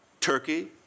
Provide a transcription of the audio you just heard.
Turkey